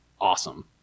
awesome